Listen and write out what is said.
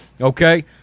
Okay